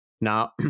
Now